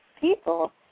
people